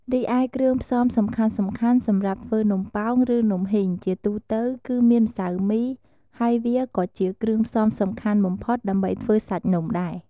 រីឯគ្រឿងផ្សំសំខាន់ៗសម្រាប់ធ្វើនំប៉ោង ឬ នំហុីង ជាទូទៅគឺមានម្សៅមី ហើយវាក៏ជាគ្រឿងផ្សំសំខាន់បំផុតដើម្បីធ្វើសាច់នំដែរ។